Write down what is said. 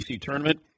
Tournament